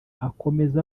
akomeza